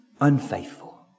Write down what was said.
unfaithful